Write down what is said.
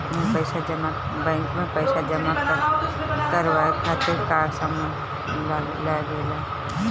Bank में पईसा जमा करवाये खातिर का का सामान लगेला?